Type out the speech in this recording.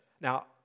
Now